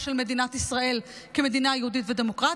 של מדינת ישראל כמדינה יהודית ודמוקרטית,